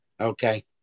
okay